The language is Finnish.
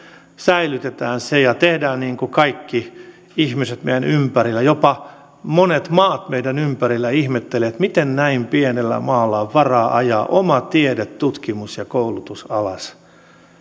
säilytetään se ja tehdään niin kuin kaikki ihmiset meidän ympärillämme jopa monet maat meidän ympärillämme ihmettelevät miten näin pienellä maalla on varaa ajaa oma tiede tutkimus ja koulutus alas